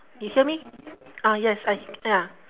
you hear me ah yes I c~ ya